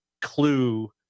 clue